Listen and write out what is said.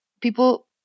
people